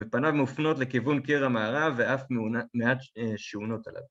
‫ופניו מופנות לכיוון קיר המערב ‫ואף מעט שעונות עליו.